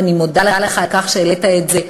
ואני מודה לך על כך שהעלית את זה,